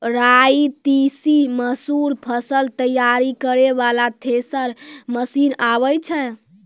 राई तीसी मसूर फसल तैयारी करै वाला थेसर मसीन आबै छै?